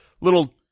little